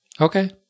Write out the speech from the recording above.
Okay